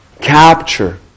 capture